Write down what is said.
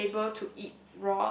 to be able to eat